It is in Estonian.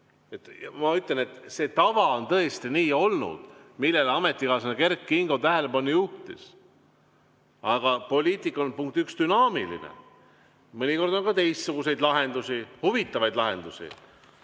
Ma ütlen, et tava on tõesti olnud selline, millele ametikaaslane Kert Kingo tähelepanu juhtis. Aga poliitika on, punkt üks, dünaamiline. Mõnikord on ka teistsuguseid lahendusi, huvitavaid lahendusi,